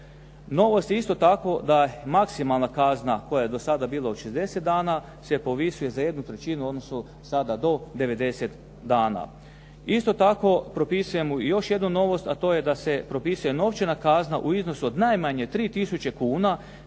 Novost je isto tako da maksimalna kazna koja je do sada bila od 60 dana, se povisuje za jednu trećinu u odnosu sada do 90 dana. Isto tako propisujemo još jednu novost, a to je da se propisuje novčana kazna u iznosu od najmanje 3 tisuća